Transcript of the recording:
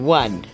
one